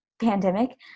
pandemic